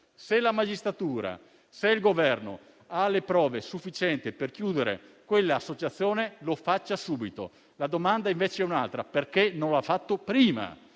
Se la magistratura o il Governo hanno le prove sufficienti per chiudere quell'associazione, lo facciano subito. La domanda invece è un'altra: perché non l'ha fatto prima,